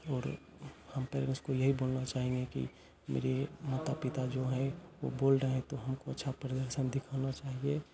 और हम पहले उसको यही बोलना चाहेंगे कि मेरे माता पिता जो हैं वो बोल रहे हैं तो हमको अच्छा प्रदर्शन दिखाना चाहिए